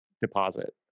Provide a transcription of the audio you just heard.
deposit